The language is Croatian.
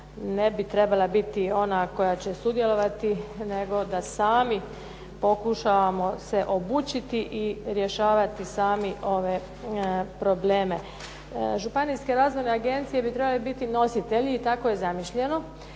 ne bi trebala biti ona koja će sudjelovati, nego da se sami pokušamo se obučiti i riješiti sami ove probleme. Županijske razvojne agencije bi trebale biti nositelji i tako je zamišljeno.